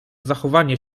zachowanie